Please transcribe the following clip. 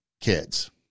kids